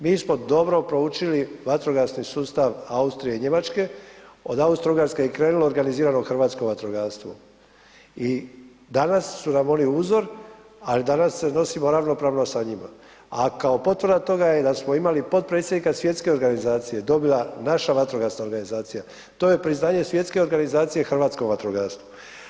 Mi smo dobro proučili vatrogasni sustav Austrije i Njemačke, od Austro-ugarske je krenulo organizirano hrvatsko vatrogastvo i danas su nam oni uzor, ali danas se nosimo ravnopravno sa njima, a kao potvrda je da smo imali potpredsjednika svjetske organizacije, dobila naša vatrogasna organizacija, to je priznaje svjetske organizacije hrvatskom vatrogastvu.